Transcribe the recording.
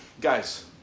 guys